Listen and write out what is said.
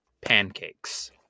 pancakes